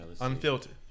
Unfiltered